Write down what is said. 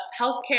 healthcare